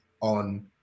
on